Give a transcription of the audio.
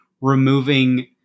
removing